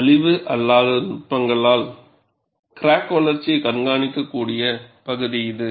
அழிவு அல்லாத நுட்பங்களால் கிராக் வளர்ச்சியைக் கண்காணிக்கக்கூடிய பகுதி இது